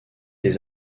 les